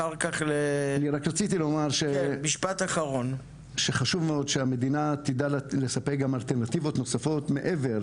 רק רציתי לומר שחשוב מאוד שהמדינה תדע לספק אלטרנטיבות נוספות מעבר